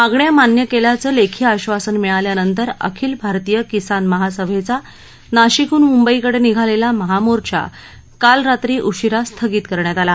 मागण्या मान्य केल्याचं लेखी आश्वासन मिळाल्यानंतर अखिल भारतीय किसान महासभेचा नाशिकहून मुंबईकडे निघालेला महामोर्चा काल रात्री उशिरा स्थगित करण्यात आला